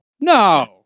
no